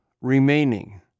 remaining